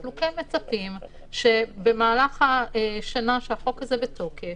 אבל אנחנו כן מצפים שבמהלך השנה שהחוק הזה בתוקף,